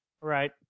right